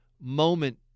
moment